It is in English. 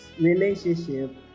relationship